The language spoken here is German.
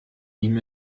ihm